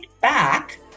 back